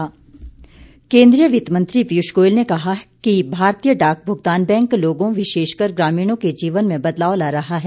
पीयूष गोयल केंद्रीय वित्त मंत्री पीयूष गोयल ने कहा कि भारतीय डाक भुगतान बैंक लोगों विशेषकर ग्रामीणों के जीवन में बदलाव ला रहा है